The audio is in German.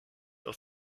aus